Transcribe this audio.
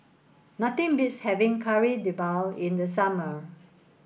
nothing beats having Kari Debal in the summer